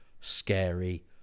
scary